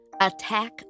attack